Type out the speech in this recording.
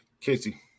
Casey